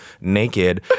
naked